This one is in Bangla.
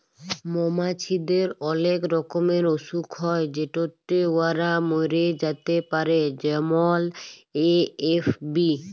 মমাছিদের অলেক রকমের অসুখ হ্যয় যেটতে উয়ারা ম্যইরে যাতে পারে যেমল এ.এফ.বি